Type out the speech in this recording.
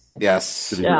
Yes